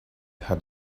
had